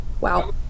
Wow